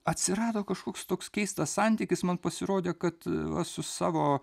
atsirado kažkoks toks keistas santykis man pasirodė kad va su savo